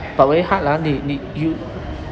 but very hard lah need need you